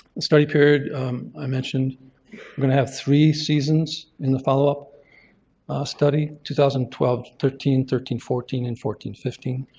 the study period i mentioned we're going to have three seasons in the follow-up study, two thousand and twelve thirteen, thirteen fourteen, and fourteen fifteen.